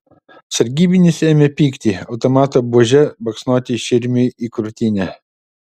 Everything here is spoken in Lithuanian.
sargybinis ėmė pykti automato buože baksnoti širmiui į krūtinę